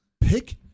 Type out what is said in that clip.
pick